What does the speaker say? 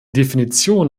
definition